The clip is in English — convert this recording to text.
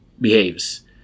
behaves